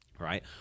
Right